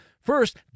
First